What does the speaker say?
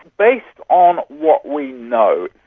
based on what we know,